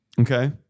okay